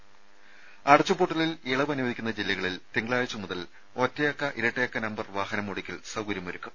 ത അടച്ചുപൂട്ടലിൽ ഇളവ് അനുവദിക്കുന്ന ജില്ലകളിൽ തിങ്കളാഴ്ച മുതൽ ഒറ്റയക്ക ഇരട്ടയക്ക നമ്പർ വാഹനമോടിക്കാൻ സൌകര്യമൊരുക്കും